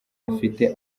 afite